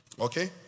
Okay